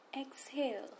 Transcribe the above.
Exhale